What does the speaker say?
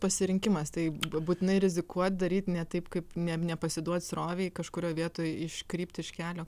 pasirinkimas tai b būtinai rizikuot daryt ne taip kaip ne nepasiduot srovei kažkurioj vietoj iškrypt iš kelio